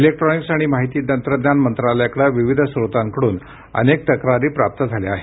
electronics आणि माहिती तत्रज्ञान मंत्रालयाकडे विविध स्रोतांकडून अनेक तक्रारी प्राप्त झाल्या आहेत